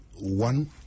one